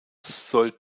sollte